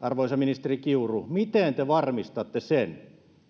arvoisa ministeri kiuru varmistatte sen